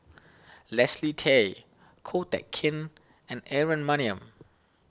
Leslie Tay Ko Teck Kin and Aaron Maniam